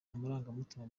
amarangamutima